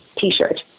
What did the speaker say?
t-shirt